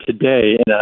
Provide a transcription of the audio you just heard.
today